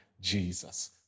Jesus